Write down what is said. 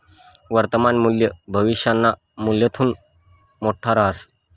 वर्तमान मूल्य भविष्यना मूल्यथून मोठं रहास